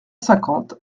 cinquante